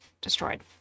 destroyed